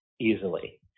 easily